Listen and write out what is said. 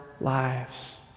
lives